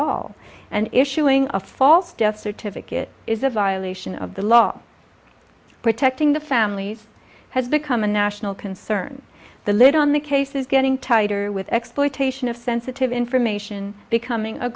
all and issuing a false death certificate is a violation of the law protecting the families has become a national concern the lid on the case is getting tighter with exploitation of sensitive information becoming a